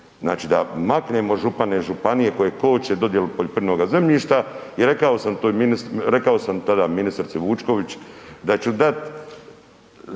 Znači da maknemo župane iz županije koje koče dodjelu poljoprivrednoga zemljišta i rekao sam toj ministrici, rekao sam tada